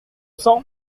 cent